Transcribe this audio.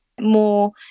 more